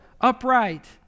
upright